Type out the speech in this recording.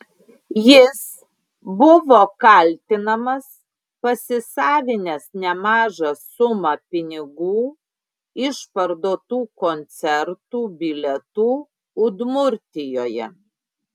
jis buvo kaltinamas pasisavinęs nemažą sumą pinigų iš parduotų koncertų bilietų udmurtijoje